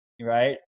right